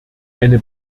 eine